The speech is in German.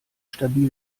stabil